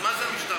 אז מה זה המשטרה?